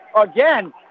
Again